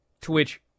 Twitch